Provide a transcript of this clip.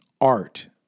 art